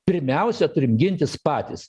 pirmiausia turim gintis patys